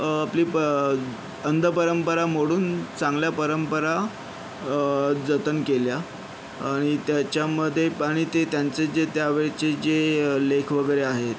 आपली प अंध परंपरा मोडून चांगल्या परंपरा जतन केल्या आणि त्याच्यामध्ये आणि ते त्यांचं जे त्यावेळचे जे लेख वगैरे आहेत